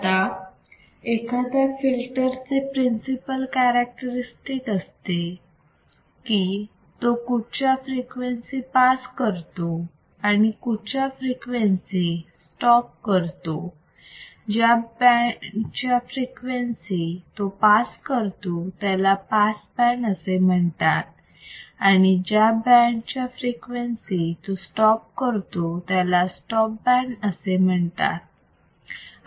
आता एखाद्या फिल्टर चे प्रिन्सिपल कॅरेक्टरस्टिक असते की तो कुठच्या फ्रिक्वेन्सी पास करतो आणि कुठच्या फ्रिक्वेन्सी स्टॉप करतो ज्या बँड च्या फ्रिक्वेन्सी तो पास करतो त्याला पास बँड असे म्हणतात आणि ज्या बँड च्या फ्रिक्वेन्सी तो स्टॉप करतो त्याला स्टॉप बँड असे म्हणतात